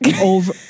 over